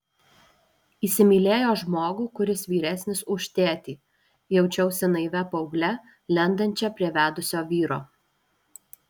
įsimylėjo žmogų kuris vyresnis už tėtį jaučiausi naivia paaugle lendančia prie vedusio vyro